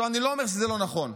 אני לא אומר שזה לא נכון,